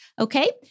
Okay